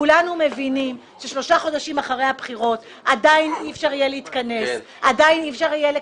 כולנו מבינים ששלושה חודשים אחרי הבחירות עדיין אי אפשר יהיה להתכנס,